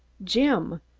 jim.